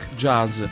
jazz